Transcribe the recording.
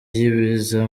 y’ibiza